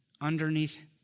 underneath